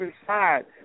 inside